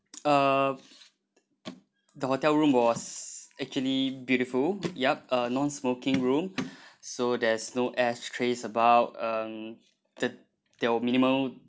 uh the hotel room was actually beautiful yup a non-smoking room so there's no ashtrays about um the there were minimal